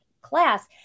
class